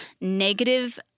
negative